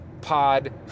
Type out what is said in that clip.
pod